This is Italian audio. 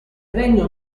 regno